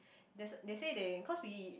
there's a they say they cause we